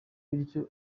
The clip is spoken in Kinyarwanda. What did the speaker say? bityo